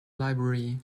library